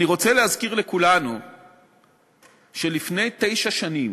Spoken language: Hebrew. אני רוצה להזכיר לכולנו שלפני תשע שנים